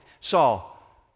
Saul